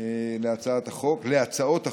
על הצעות החוק,